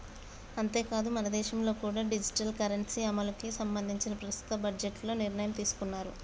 అంతేకాదు మనదేశంలో కూడా డిజిటల్ కరెన్సీ అమలుకి సంబంధించి ప్రస్తుత బడ్జెట్లో నిర్ణయం తీసుకున్నారు